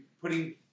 putting